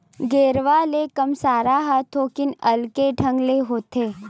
गेरवा ले कांसरा ह थोकिन अलगे ढंग ले होथे